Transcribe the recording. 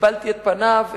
קיבלתי את פניו,